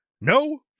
no